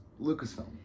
Lucasfilm